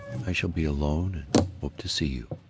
i shall be alone and hope to see you.